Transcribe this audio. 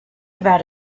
about